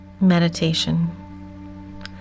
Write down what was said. meditation